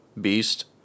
beast